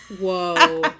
whoa